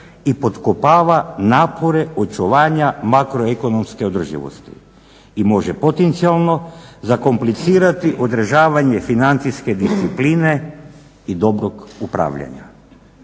i potkopava napore očuvanja makroekonomske održivosti i može potencijalno zakomplicirati održavanje financijske discipline i dobrog upravljanja.